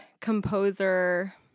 composer